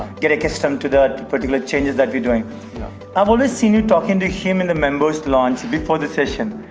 get accustomed to the particular changes that we're doing i've always seen you talking to him in the members launch before the session.